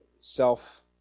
self